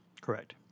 Correct